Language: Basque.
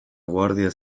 guardia